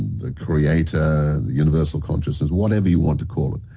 the creator, the universal consciousness whatever you want to call it.